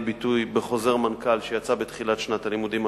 ביטוי בחוזר מנכ"ל שיצא בתחילת שנת הלימודים הנוכחית,